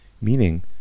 Meaning